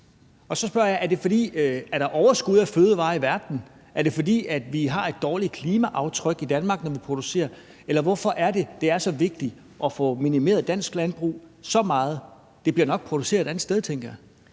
Og så spørger jeg: Er der overskud af fødevarer i verden? Er det, fordi vi sætter et dårligt klimaaftryk i Danmark, når vi producerer? Eller: Hvorfor er det, det er så vigtigt at få minimeret dansk landbrug så meget? Det bliver nok produceret et andet sted, tænker jeg.